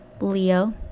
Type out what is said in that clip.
Leo